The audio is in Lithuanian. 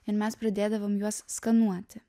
ir mes pradėdavom juos skanuoti